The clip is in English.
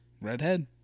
Redhead